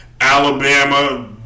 Alabama